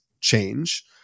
change